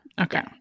okay